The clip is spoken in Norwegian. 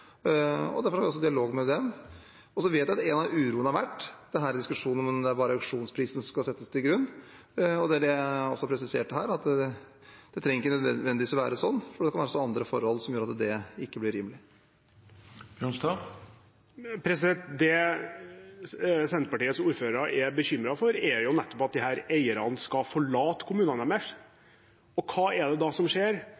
Derfor har jeg også dialog med dem. Så vet jeg at én uro har vært diskusjonen om det bare er auksjonsprisen som skal legges til grunn, og det er det jeg også presiserte her, at det trenger ikke nødvendigvis å være sånn, for det kan også være andre forhold som gjør at det ikke blir rimelig. Det Senterpartiets ordførere er bekymret for, er nettopp at disse eierne skal forlate kommunene